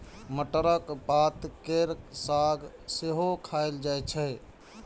मटरक पात केर साग सेहो खाएल जाइ छै